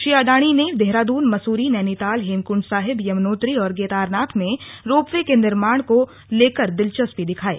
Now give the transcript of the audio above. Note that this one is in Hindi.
श्री अडाणी ने देहरादून मसूरी नैनीताल हेमकुण्ड साहिब यमुनोत्री और केदारनाथ में रोपवे के निर्माण को लेकर दिलचस्पी दिखायी